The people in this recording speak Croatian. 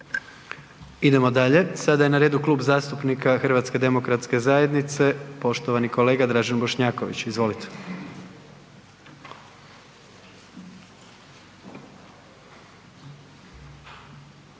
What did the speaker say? Idemo dalje, sada je na redu Klub zastupnika HDZ-a, poštovani kolega Dražen Bošnjaković, izvolite.